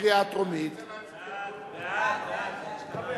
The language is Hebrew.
מי